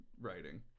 writing